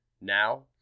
Now